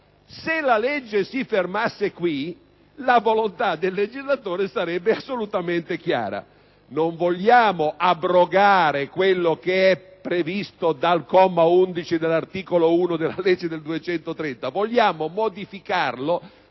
Se la legge si fermasse a questo punto, la volontà del legislatore sarebbe assolutamente chiara: non vogliamo abrogare quanto è previsto dal comma 11 dell'articolo 1 della legge n. 230, ma vogliamo modificarlo